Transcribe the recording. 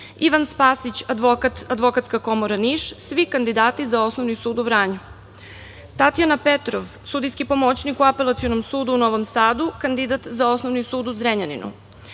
Ivan Spasić, advokat, Advokatska komora Niš – svi kandidati za Osnovni sud u Vranju; Tatjana Petrov, sudijski pomoćnik u Apelacionom sudu u Novom Sadu, kandidat za Osnovni sud u Zrenjaninu,